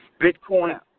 Bitcoin